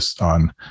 on